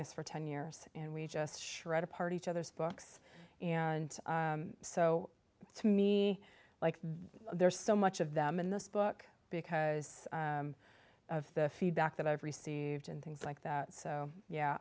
this for ten years and we just shredded party to others books and so to me like there's so much of them in this book because of the feedback that i've received and things like that so